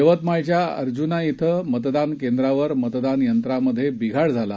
यवतमाळच्या अर्ज्ना इथं मतदान केंद्रावर मतदान यंत्रात बिघाड झाला